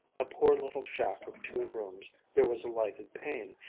a poor little shack of two rooms, there was a lighted pane,